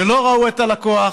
ולא ראו את הלקוח